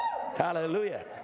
Hallelujah